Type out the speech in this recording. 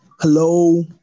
Hello